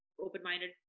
open-minded